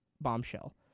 Bombshell